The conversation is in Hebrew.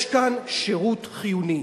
יש כאן שירות חיוני.